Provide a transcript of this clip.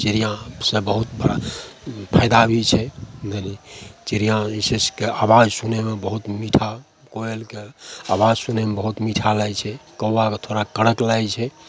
चिड़िआँसे बहुत फायदा भी छै चिड़िआँ जे छै से आवाज सुनैमे बहुत मीठा कोयलके आवाज सुनैमे बहुत मीठा लागै छै कौआके थोड़ा कड़क लागै छै